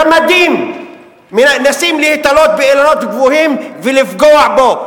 גמדים מנסים להיתלות באילנות גבוהים ולפגוע בו.